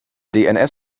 dns